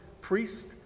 priest